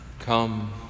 Come